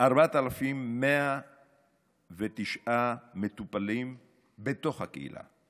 בסך הכול 4,109 מטופלים בתוך הקהילה.